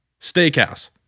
Steakhouse